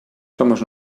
somos